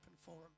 forum